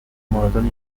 ماراتن